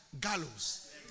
gallows